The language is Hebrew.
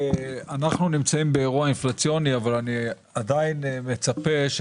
אנו נמצאים באירוע אינפלציוני אבל אני מצפה עדיין שבוועדה